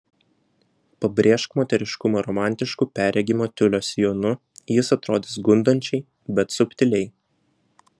pabrėžk moteriškumą romantišku perregimo tiulio sijonu jis atrodys gundančiai bet subtiliai